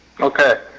Okay